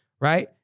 right